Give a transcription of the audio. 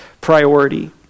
priority